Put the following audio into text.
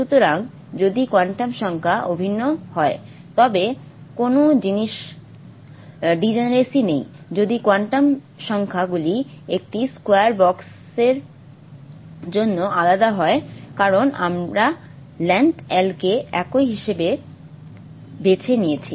সুতরাং যদি কোয়ান্টাম সংখ্যা অভিন্ন হয় তবে কোনও ডিজেনেরেসি নেই যদি কোয়ান্টাম সংখ্যাগুলি একটি স্কয়ার বক্সের জন্য আলাদা হয় কারণ আমরা লেংথ L কে একই হিসাবে বেছে নিয়েছি